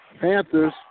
Panthers